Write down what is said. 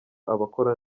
abakora